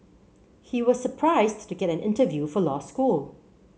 he was surprised to get an interview for law school